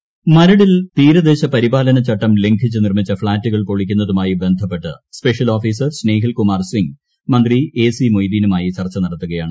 Maradu flat മരടിൽ തീരദേശ പരിപാലനച്ചട്ടം ലംഘിച്ച് നിർമ്മിച്ച ഫ്ളാറ്റുകൾ പൊളിക്കുന്നതുമായി ബന്ധപ്പെട്ട് സ്പെഷ്യൽ ഓഫീസർ സ്നേഹിൽകുമാർ സിംഗ് മന്ത്രി എ സി മൊയ്തീനുമായി ചർച്ച നടത്തുകയാണ്